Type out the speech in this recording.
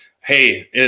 hey